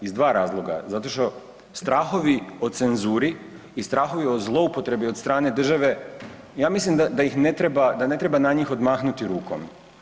Iz dva razloga, zato što strahovi o cenzuri i strahovi o zloupotrebi od strane države, ja mislim da ih ne treba, da ne treba na njih odmahnuti rukom.